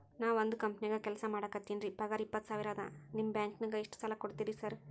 ನಾನ ಒಂದ್ ಕಂಪನ್ಯಾಗ ಕೆಲ್ಸ ಮಾಡಾಕತೇನಿರಿ ಪಗಾರ ಇಪ್ಪತ್ತ ಸಾವಿರ ಅದಾ ನಿಮ್ಮ ಬ್ಯಾಂಕಿನಾಗ ಎಷ್ಟ ಸಾಲ ಕೊಡ್ತೇರಿ ಸಾರ್?